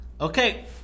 Okay